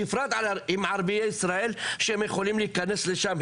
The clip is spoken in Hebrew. בפרט עם ערביי ישראל שיכולים להיכנס לשם,